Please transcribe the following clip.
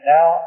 Now